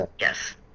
yes